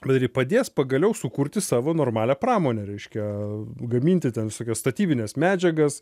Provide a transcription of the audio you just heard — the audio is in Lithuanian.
kuri padės pagaliau sukurti savo normalią pramonę reiškia gaminti ten visokias statybines medžiagas